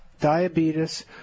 diabetes